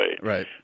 Right